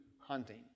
hunting